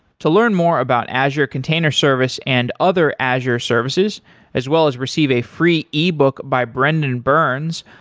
to learn more about azure container service and other azure services as well as receive a free ebook by brendan burns,